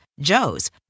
Joe's